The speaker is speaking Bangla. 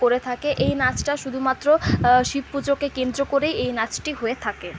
করে থাকে এই নাচটাও শুধুমাত্র শিব পুজোকে কেন্দ্র করেই এই নাচটি হয়ে থাকে